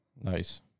Nice